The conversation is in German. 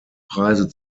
preise